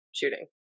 shooting